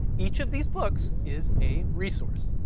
each of these books is a resource,